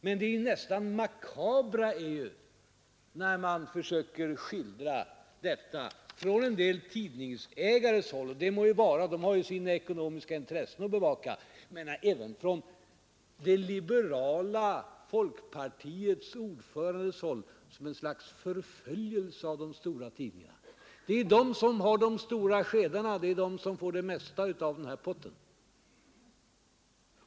Men det nästan makabra är när inte bara en del tidningsägare — och det må vara; de har ju sina egna ekonomiska intressen att bevaka — utan även det liberala folkpartiets ordförande försöker skildra detta som ett slags förföljelse från statsmakternas sida. Det är de som har de stora skedarna som får det mesta av denna pott.